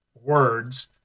words